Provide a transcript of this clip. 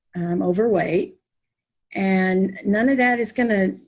i'm overweight and none of that is going to.